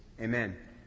Amen